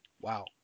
Wow